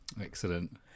Excellent